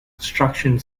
instruction